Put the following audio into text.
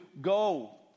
go